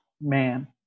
man